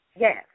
Yes